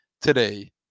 today